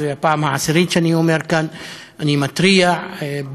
וזו הפעם העשירית שאני אומר כאן: אני מתריע בפנינו,